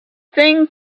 thing